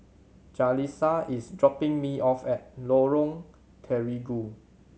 Jalisa is dropping me off at Lorong Terigu